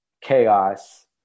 chaos